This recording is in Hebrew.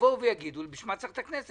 יבואו ויגידו: בשביל מה צריך את הכנסת?